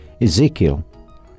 Ezekiel